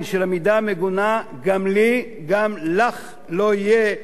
של המידה המגונה "גם לי גם לך לא יהיה",